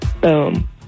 Boom